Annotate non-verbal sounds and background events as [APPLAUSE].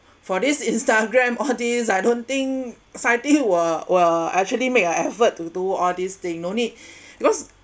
for this Instagram [LAUGHS] all this I don't think scientist were were actually made a effort to do all this thing no need [BREATH] because